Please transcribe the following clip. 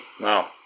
wow